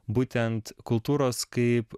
būtent kultūros kaip